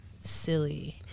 silly